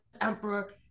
emperor